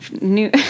New